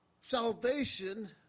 salvation